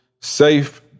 Safe